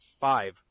five